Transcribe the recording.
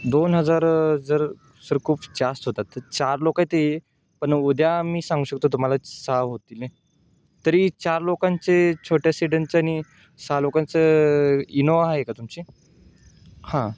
दोन हजार जर सर खूप जास्त होतात तर चार लोक येते पण उद्या मी सांगू शकतो तुम्हाला सहा होतील तरी चार लोकांचे छोट्या सिट्यांचं आणि सहा लोकांचं इनोवा आहे का तुमची हां